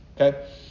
okay